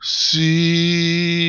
see